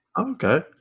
okay